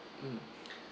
um